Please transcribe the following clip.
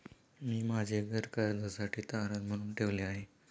मी माझे घर कर्जासाठी तारण म्हणून ठेवले आहे